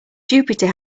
jupiter